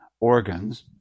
organs